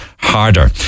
harder